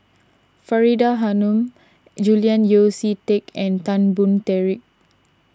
Faridah Hanum Julian Yeo See Teck and Tan Boon